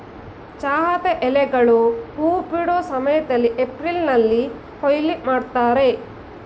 ಚಹಾದ ಎಲೆಗಳು ಹೂ ಬಿಡೋ ಸಮಯ್ದಲ್ಲಿ ಏಪ್ರಿಲ್ನಲ್ಲಿ ಕೊಯ್ಲು ಮಾಡ್ತರೆ